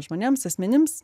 žmonėms asmenims